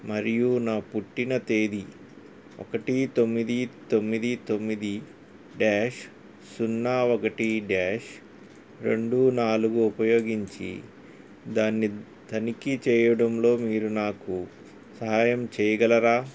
మరియు నా పుట్టిన తేదీ ఒకటి తొమ్మిది తొమ్మిది తొమ్మిది డ్యాష్ సున్నా ఒకటి డ్యాష్ రెండు నాలుగు ఉపయోగించి దాన్ని తనిఖీ చేయడంలో మీరు నాకు సహాయం చేయగలరా